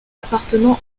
appartenant